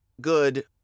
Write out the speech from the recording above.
good